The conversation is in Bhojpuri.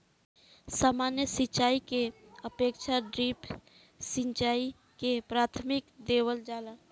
सामान्य सिंचाई के अपेक्षा ड्रिप सिंचाई के प्राथमिकता देवल जाला